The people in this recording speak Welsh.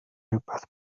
rhywbeth